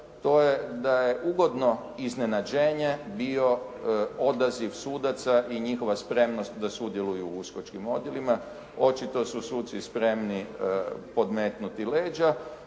to je da je ugodno iznenađenje bio odaziv sudaca i njihova spremnost da sudjeluju u USKOK-čkim odjelima. Očito su suci spremni podmetnuti leđa.